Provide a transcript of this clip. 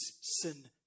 sin